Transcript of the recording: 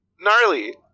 gnarly